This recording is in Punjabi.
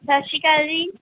ਸਤਿ ਸ਼੍ਰੀ ਅਕਾਲ ਜੀ